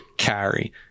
carry